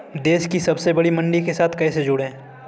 देश की सबसे बड़ी मंडी के साथ कैसे जुड़ें?